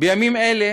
בימים אלה